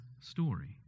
story